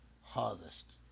harvest